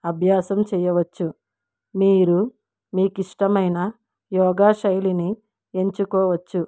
అభ్యాసం చేయవచ్చు మీరు మీకు ఇష్టమైన యోగా శైలిని ఎంచుకోవచ్చు